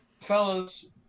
fellas